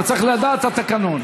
אתה צריך לדעת את התקנון.